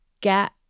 get